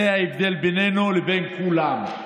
זה ההבדל בינינו לבין כולם.